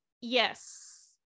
yes